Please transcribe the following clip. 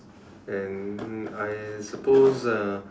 and hmm I suppose uh